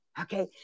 Okay